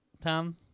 Tom